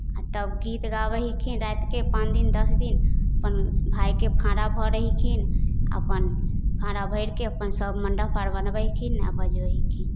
आ तब गीत गाबैहेखिन रातिकेँ पाँच दिन दस दिन अपन भायके फाँड़ा भरैहेखिन अपन फाँड़ा भरि कऽ अपन सभ मण्डप अर बनबैहेखिन आ बजबैहेखिन